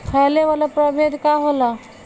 फैले वाला प्रभेद का होला?